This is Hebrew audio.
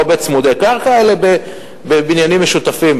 לא בצמודי קרקע אלא בבניינים משותפים,